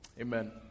Amen